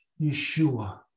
Yeshua